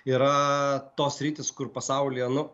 yra tos sritys kur pasaulyje nu